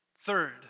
Third